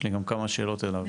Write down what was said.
יש לי גם כמה שאלות אליו.